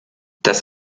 das